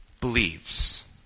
believes